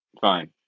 Fine